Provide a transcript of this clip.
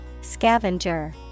Scavenger